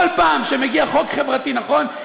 כל פעם שמגיע חוק חברתי נכון,